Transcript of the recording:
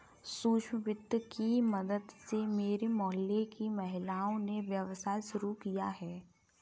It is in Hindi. सूक्ष्म वित्त की मदद से मेरे मोहल्ले की महिलाओं ने व्यवसाय शुरू किया है